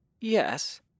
Yes